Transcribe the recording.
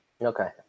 Okay